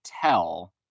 tell